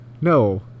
no